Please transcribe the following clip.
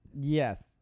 Yes